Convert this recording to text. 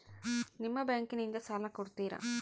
ನಿಮ್ಮ ಬ್ಯಾಂಕಿನಿಂದ ಸಾಲ ಕೊಡ್ತೇರಾ?